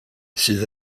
sydd